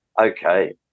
okay